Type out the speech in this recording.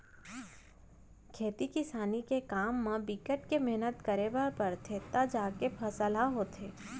खेती किसानी के काम म बिकट के मेहनत करे बर परथे तव जाके फसल ह होथे